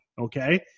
Okay